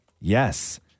Yes